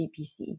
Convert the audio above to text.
DPC